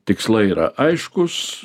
tikslai yra aiškūs